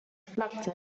vlakte